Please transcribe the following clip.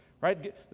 right